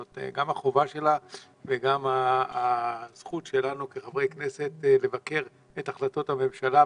זאת גם החובה שלה וגם הזכות שלנו כחברי כנסת לבקר את החלטות הממשלה,